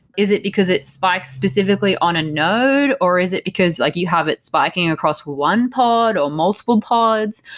is it because it spikes specifically on a node, or is it because like you have it spiking across one pod, or multiple pods?